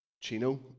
Chino